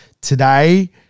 today